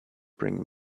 bring